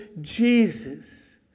Jesus